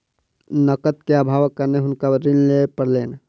नकद के अभावक कारणेँ हुनका ऋण लिअ पड़लैन